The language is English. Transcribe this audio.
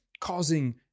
causing